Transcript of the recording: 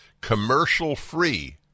commercial-free